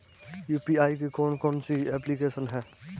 UPI की कौन कौन सी एप्लिकेशन हैं?